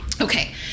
Okay